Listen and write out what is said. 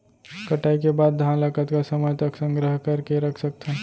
कटाई के बाद धान ला कतका समय तक संग्रह करके रख सकथन?